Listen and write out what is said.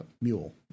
mule